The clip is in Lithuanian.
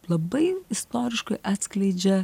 labai istoriškai atskleidžia